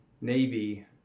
Navy